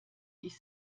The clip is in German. ich